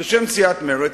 בשם סיעת מרצ,